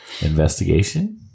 Investigation